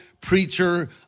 preacher